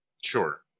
sure